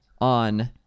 on